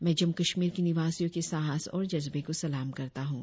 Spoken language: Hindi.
में जम्मू कश्मीर के निवासियों के साहस और जज्बे को सलाम करता हुं